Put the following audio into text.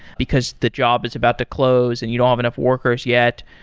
because the job is about to close and you don't have enough workers yet.